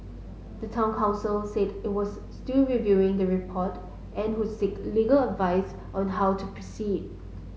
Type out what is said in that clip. the town council said it was still reviewing the report and would seek legal advice on how to proceed